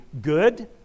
good